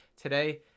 Today